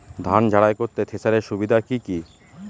ধান ঝারাই করতে থেসারের সুবিধা কি কি?